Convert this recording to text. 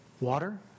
Water